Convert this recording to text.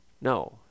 No